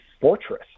fortress